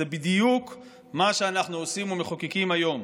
זה בדיוק מה שאנחנו עושים ומחוקקים היום.